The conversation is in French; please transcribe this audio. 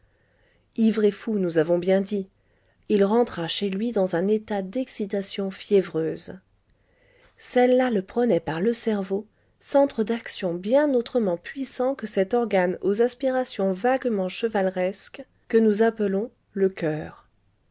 ivre et fou nous avons bien dit il rentra chez lui dans un état d'excitation fiévreuse celle-là le prenait par le cerveau centre d'action bien autrement puissant que cet organe aux aspirations vaguement chevaleresques que nous appelons le coeur